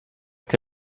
che